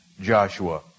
Joshua